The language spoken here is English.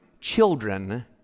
children